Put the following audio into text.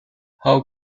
how